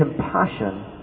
compassion